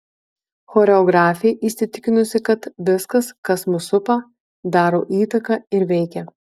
choreografė įsitikinusi kad viskas kas mus supa daro įtaką ir veikia